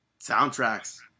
soundtracks